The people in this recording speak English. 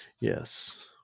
Yes